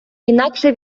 інакше